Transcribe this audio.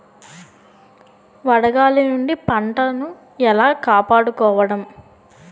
వడగాలి నుండి పంటను ఏలా కాపాడుకోవడం?